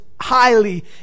highly